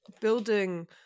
building